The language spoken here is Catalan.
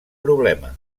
problema